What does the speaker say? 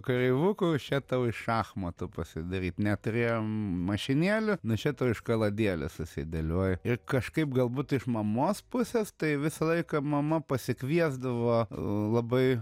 kareivukų še tau iš šachmatų pasidaryt neturėjom mašinėlių nu še tau iš kaladėlės susidėlioji ir kažkaip galbūt iš mamos pusės tai visą laiką mama pasikviesdavo labai